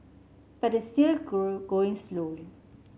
but is still go going slowly